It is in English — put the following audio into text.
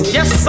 Yes